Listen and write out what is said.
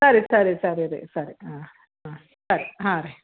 ಸರಿ ಸರಿ ಸರಿ ರೀ ಸರಿ ಹಾಂ ಹಾಂ ಸರಿ ಹಾಂ ರೀ